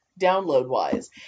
download-wise